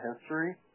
history